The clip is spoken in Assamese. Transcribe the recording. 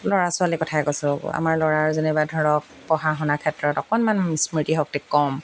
ল'ৰা ছোৱালী কথাই কৈছোঁ আমাৰ ল'ৰাৰ যেনেবা ধৰক পঢ়া শুনা ক্ষেত্ৰত অকণমান স্মৃতি শক্তি কম